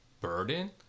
burden